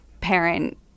parent